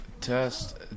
test